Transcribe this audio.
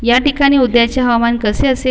या ठिकाणी उद्याचे हवामान कसे असे